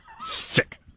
Sick